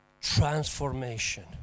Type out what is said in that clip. transformation